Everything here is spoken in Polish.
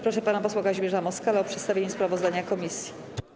Proszę pana posła Kazimierza Moskala o przedstawienie sprawozdania komisji.